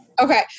Okay